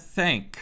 thank